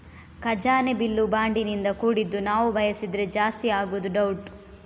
ಖಜಾನೆ ಬಿಲ್ಲು ಬಾಂಡಿನಿಂದ ಕೂಡಿದ್ದು ನಾವು ಬಯಸಿದ್ರೆ ಜಾಸ್ತಿ ಆಗುದು ಡೌಟ್